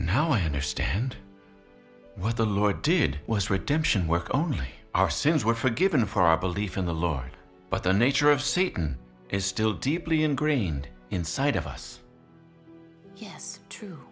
how i understand what the lord did was redemption work only our sins were forgiven for our belief in the lord but the nature of seton is still deeply ingrained inside of us